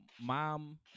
mom